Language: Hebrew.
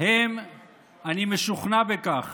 אני משוכנע בכך.